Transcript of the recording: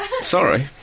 Sorry